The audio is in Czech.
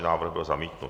Návrh byl zamítnut.